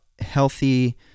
healthy